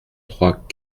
trois